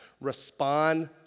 Respond